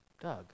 Doug